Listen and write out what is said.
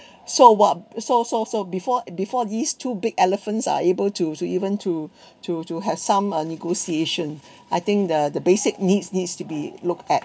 so what so so so before before these two big elephants are able to to even to to to have some uh negotiation I think the the basic needs needs to be looked at